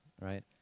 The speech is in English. right